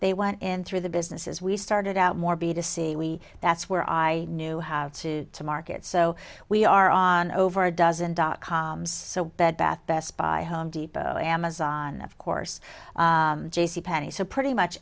they went in through the businesses we started out more b to c we that's where i knew have to to market so we are on over a dozen dot com so bed bath best buy home depot amazon of course j c penney so pretty much